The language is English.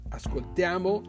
ascoltiamo